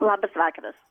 labas vakaras